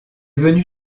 venu